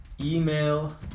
email